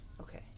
Okay